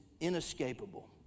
inescapable